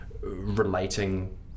relating